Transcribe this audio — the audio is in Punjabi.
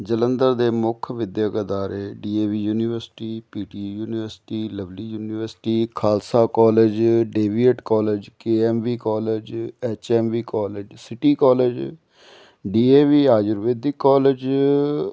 ਜਲੰਧਰ ਦੇ ਮੁੱਖ ਵਿੱਦਿਅਕ ਅਦਾਰੇ DAV university PTU university Lovely university Khalsa college DAVIET college KMV college H M B college city college DAV Ayurvedic college